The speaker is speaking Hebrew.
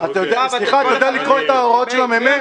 אתה יודע לקרוא את ההוראות של ה-מ"מ?